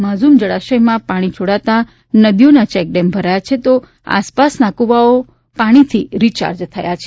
માઝ્રમ જળાશયમાંથી પાણી છોડાતા નદીઓના ચેકડેમ ભરાયા છે તો આસપાસના કુવાઓ પાણીથી રીયાર્જ થયા છે